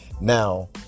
Now